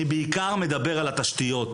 אני מדבר בעיקר על התשתיות,